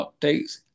updates